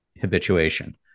habituation